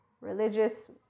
religious